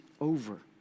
over